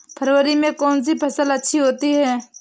फरवरी में कौन सी फ़सल अच्छी होती है?